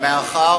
וחרפה.